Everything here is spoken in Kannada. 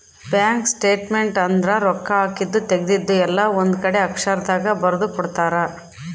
ಬ್ಯಾಂಕ್ ಸ್ಟೇಟ್ಮೆಂಟ್ ಅಂದ್ರ ರೊಕ್ಕ ಹಾಕಿದ್ದು ತೆಗ್ದಿದ್ದು ಎಲ್ಲ ಒಂದ್ ಕಡೆ ಅಕ್ಷರ ದಾಗ ಬರ್ದು ಕೊಡ್ತಾರ